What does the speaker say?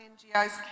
NGOs